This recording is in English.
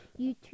youtube